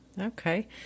okay